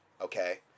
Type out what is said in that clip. okay